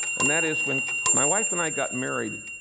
and that is, when my wife and i got married